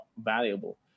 valuable